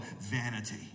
vanity